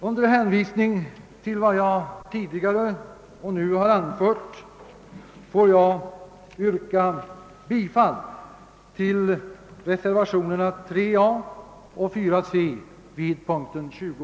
Under hänvisning till vad jag tidigare och nu har anfört får jag yrka bifall till reservationerna 3 a och 4 c vid punkten 20.